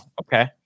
okay